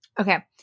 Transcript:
Okay